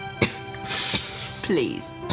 Please